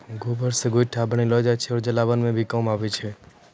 गोबर से गोयठो भी बनेलो जाय छै जे जलावन के काम मॅ आबै छै